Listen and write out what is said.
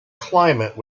climate